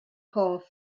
hoff